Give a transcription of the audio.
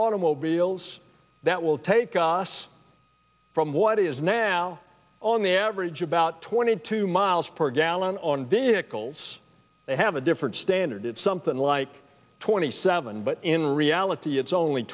automobiles that will take us from what is now on the average about twenty two miles per gallon on vehicles that have a different standard something like twenty seven but in reality it's only